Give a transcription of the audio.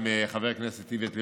עם חבר הכנסת איווט ליברמן?